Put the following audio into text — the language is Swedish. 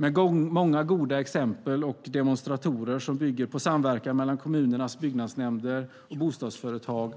Med många goda exempel och demonstratorer, som bygger på samverkan mellan kommunernas byggnadsnämnder och bostadsföretag,